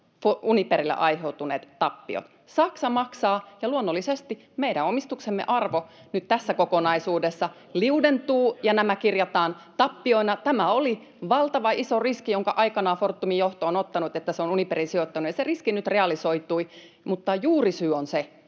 Uniperille aiheutuneet tappiot. Saksa maksaa. Luonnollisesti meidän omistuksemme arvo nyt tässä kokonaisuudessa liudentuu, ja nämä kirjataan tappiona. Tämä oli valtavan iso riski, jonka aikanaan Fortumin johto on ottanut, että se on Uniperiin sijoittanut, ja se riski nyt realisoitui. Mutta juurisyy on se,